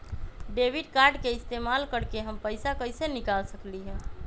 Debit card के इस्तेमाल करके हम पैईसा कईसे निकाल सकलि ह?